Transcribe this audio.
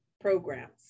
programs